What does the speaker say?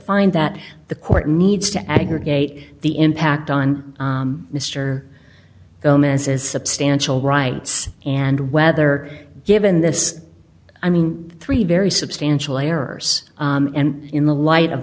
find that the court needs to aggregate the impact on mr gomez's substantial rights and whether given this i mean three very substantial errors and in the light of